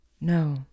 No